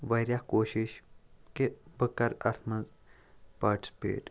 واریاہ کوٗشِش کہِ بہٕ کَرٕ اَتھ منٛز پارٹِسپیٹ